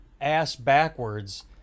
ass-backwards